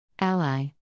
Ally